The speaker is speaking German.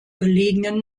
gelegenen